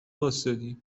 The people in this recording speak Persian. واستادی